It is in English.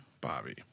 Bobby